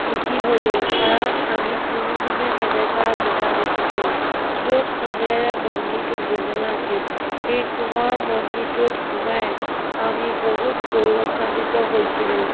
সুখী হ'লো কাৰণ আমি কোনো দিনে নেদেখা জেগা দেখিছোঁ য'ত সোণেৰে মন্দিৰটো বনোৱা আছিল সেই সোণৰ মন্দিৰটোত সোমাই আমি বহুত গৌৰৱান্ৱিত হৈছিলোঁ